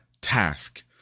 task